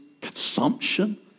consumption